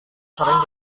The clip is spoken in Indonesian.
sering